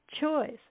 choice